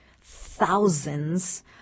thousands